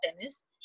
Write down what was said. tennis